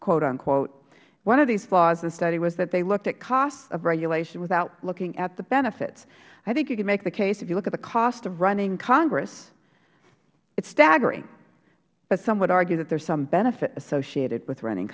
flaws one of these flaws in the study was that they looked at costs of regulation without looking at the benefits i think you can make the case if you look at the cost of running congress it is staggering but some would argue that there is some benefit associated with running